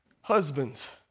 husbands